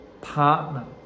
partner